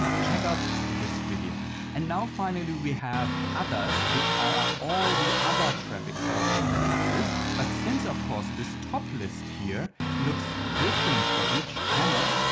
check out this video. and now finally we have others which are all the other traffic sources that exist. but since of course this top list here looks different for each channel,